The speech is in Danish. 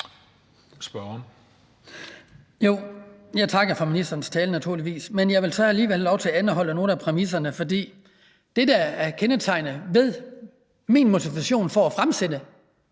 takker naturligvis for ministerens tale, men jeg vil så alligevel have lov til at anholde nogle af præmisserne. For det, der er kendetegnende for min motivation for at fremsætte